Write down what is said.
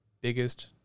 biggest